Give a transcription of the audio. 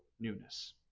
newness